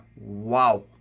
Wow